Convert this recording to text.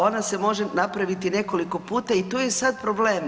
Ona se može napraviti nekoliko puta i tu je sad problem.